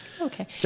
Okay